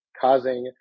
causing